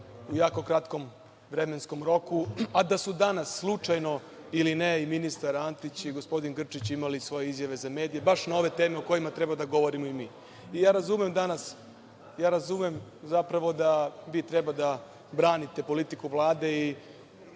u jako kratkom vremenskom roku, a da su danas slučajno ili ne i ministar Antić i gospodin Grčić imali svoje izjave za medije baš na ove teme o kojima treba da govorimo i mi. Ja razumem danas da vi treba da branite politiku Vlade i